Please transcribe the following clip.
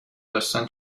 داستان